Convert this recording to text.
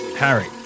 Harry